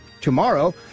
tomorrow